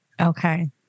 Okay